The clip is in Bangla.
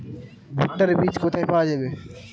ভুট্টার বিজ কোথায় পাওয়া যাবে?